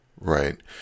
right